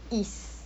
is